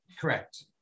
Correct